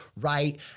right